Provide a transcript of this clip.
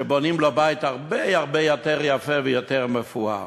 שבונים לו בית הרבה יותר יפה ויותר מפואר.